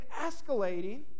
escalating